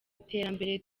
iterambere